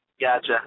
Gotcha